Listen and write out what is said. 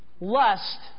Lust